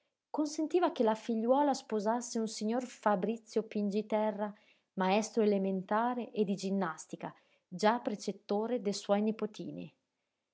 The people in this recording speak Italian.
consentiva che la figliuola sposasse un signor fabrizio pingiterra maestro elementare e di ginnastica già precettore de suoi nipotini